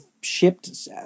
shipped